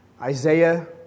Isaiah